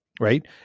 Right